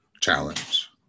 challenge